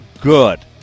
good